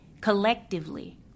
collectively